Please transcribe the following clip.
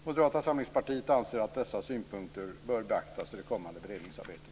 Moderata samlingspartiet anser att dessa synpunkter bör beaktas i det kommande beredningsarbetet.